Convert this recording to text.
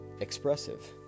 expressive